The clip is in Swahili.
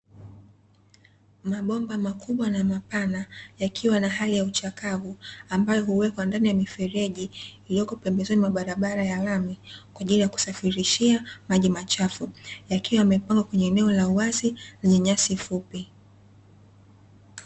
Mabomba makubwa na mapana yakiwa na hali ya uchakavu, ambayo huwekwa ndani ya mifereji iliyoko pembezoni mwa barabara ya lami, kwaajili ya kusafirishia maji machafu, yakiwa yamepangwa kwenye eneo la wazi lenye nyasi fupi.